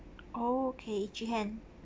okay chee hen